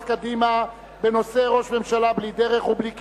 קדימה בנושא: ראש ממשלה בלי דרך ובלי כיוון,